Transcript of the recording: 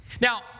Now